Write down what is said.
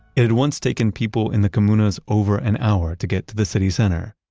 it had once taken people in the comunas over an hour to get to the city center.